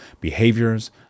behaviors